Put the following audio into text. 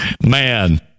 Man